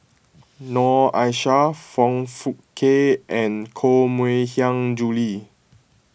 Noor Aishah Foong Fook Kay and Koh Mui Hiang Julie